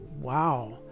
Wow